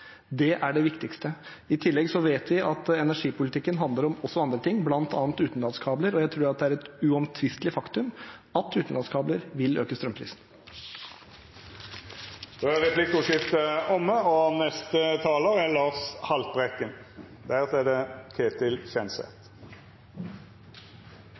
Det er det viktigste. I tillegg vet vi at energipolitikken også handler om andre ting, bl.a. utenlandskabler, og jeg tror det er et uomtvistelig faktum at utenlandskabler vil øke strømprisene. Replikkordskiftet er omme. I dag kom nyheten fra Det internasjonale energibyrået om at verdens utslipp av klimagasser igjen er